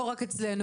לא רק אצלנו,